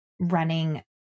running